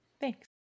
Thanks